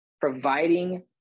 providing